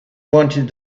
wanted